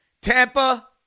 Tampa